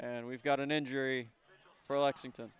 and we've got an injury for lexington